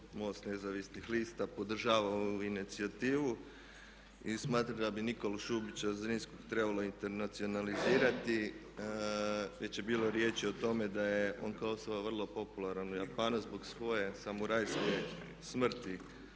MOST nezavisnih lista podržava ovu inicijativu i smatra da bi Nikolu Šubića Zrinskog trebalo internacionalizirati. Već je bilo riječi o tome da je on kao osoba vrlo popularan u Japanu zbog svoje samurajske smrti.